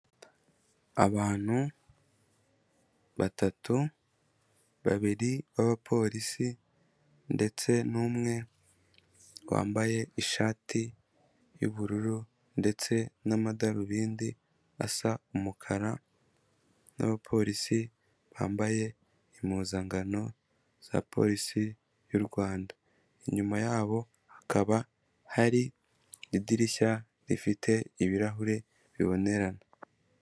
Abantu batatu, babiri b'abapolisi ndetse n'umwe wambaye ishati y'ubururu ndetse n'amadarubindi asa umukara n'abapolisi bambaye impuzankano za polisi y'u Rwanda, inyuma yabo hakaba hari idirishya rifite ibirahure bibonerana.